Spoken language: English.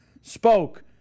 spoke